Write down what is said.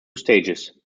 stages